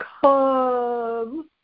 come